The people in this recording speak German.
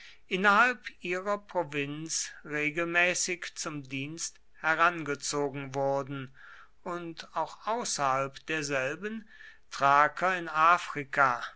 innerhalb ihrer provinz regelmäßig zum dienst herangezogen wurden und auch außerhalb derselben thraker in afrika